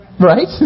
Right